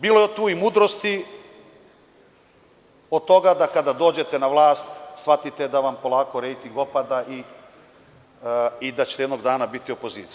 Bilo je tu i mudrosti, od toga da kada dođete na vlast shvatite da vam polako rejting opada i da ćete jednog dana biti opozicija.